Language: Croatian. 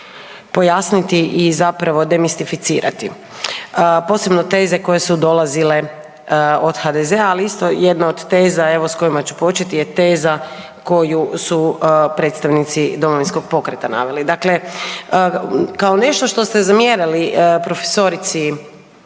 pojasniti i zapravo demistificirati, posebno teze koje su dolazile od HDZ-a ali isto jedna od teza evo s kojima ću početi je teza koju su predstavnici Domovinskog pokreta naveli. Dakle, kao nešto što ste zamjerili profesorici